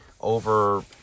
over